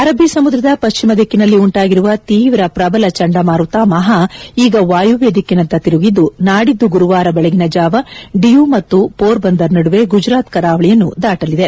ಅರಬ್ಬೀ ಸಮುದ್ರದ ಪಶ್ಚಿಮ ದಿಕ್ಕಿನಲ್ಲಿ ಉಂಟಾಗಿರುವ ತೀವ್ರ ಪ್ರಬಲ ಚಂಡಮಾರುತ ಮಹಾ ಈಗ ವಾಯವ್ಯ ದಿಕ್ಕಿನತ್ತ ತಿರುಗಿದ್ದು ನಾಡಿದ್ದು ಗುರುವಾರ ಬೆಳಗಿನ ಜಾವ ಡಿಯು ಮತ್ತು ಪೋರ್ಬಂದರ್ ನಡುವೆ ಗುಜರಾತ್ ಕರಾವಳಿಯನ್ನು ದಾಟಲಿದೆ